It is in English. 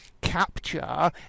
capture